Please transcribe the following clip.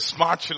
Smart